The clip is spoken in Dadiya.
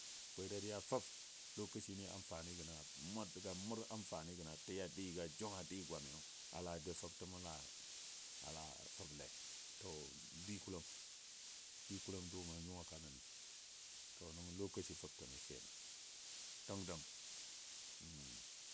Bwe dadiya fəb lokaci ni amfani mʊr ga mʊ amfani gəno tɨ a dɨ ga jʊng a dɨ gwami a la dou fəbtəmɔ la fəble. Tɔ dikolum, dikulom dʊʊmɔ a nyuwa ka nən. Tɔ nəngɔ lokaci fəbtəmi kənəm n dəng dəng.